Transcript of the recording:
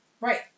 Right